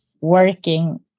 working